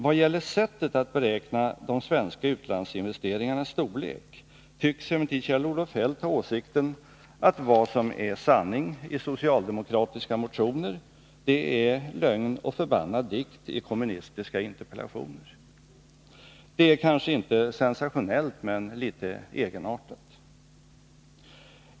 Vad gäller sättet att beräkna de svenska utlandsinvesteringarnas storlek tycks emellertid Kjell-Olof Feldt ha åsikten, att vad som är sanning i socialdemokratiska motioner är ”lögn och förbannad dikt” i kommunistiska interpellationer. Det är kanske inte sensationellt, men litet egenartat.